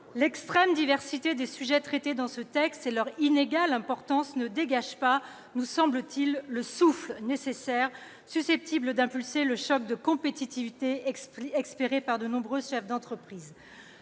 l'extrême diversité des sujets traités dans ce texte et leur inégale importance ne dégage pas, nous semble-t-il, le souffle nécessaire susceptible d'impulser le choc de compétitivité espéré par de nombreux chefs d'entreprise.